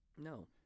No